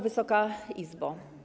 Wysoka Izbo!